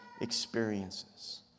experiences